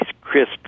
crisp